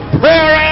prayer